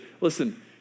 Listen